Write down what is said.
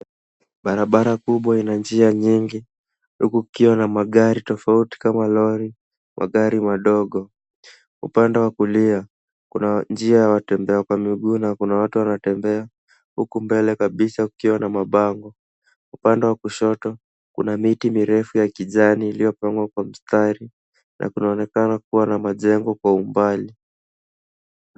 Barabara kubwa ina njia nyingi, huku kukiwa na magari tofauti kama lori, magari madogo. Upande wa kulia, kuna njia ya watembea kwa miguu, na kuna watu wanatembea, huku mbele kabisa kukiwa na mabango. Upande wa kushoto, kuna miti mirefu ya kijani iliyopangwa kwa mistari, na kunaonekana kuwa na majengo kwa umbali.